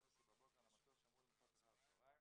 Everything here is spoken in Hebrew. בבוקר על המטוס שאמור לנחות אחר הצהריים.